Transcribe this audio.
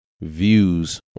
Views